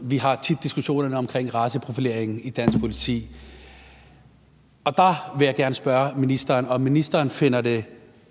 vi har tit diskussionen omkring raceprofileringen i dansk politi. Der vil jeg gerne spørge ministeren, om ministeren finder det